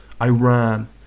Iran